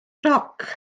roc